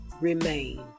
remain